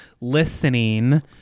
listening